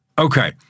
Okay